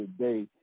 today